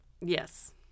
Yes